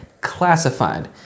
classified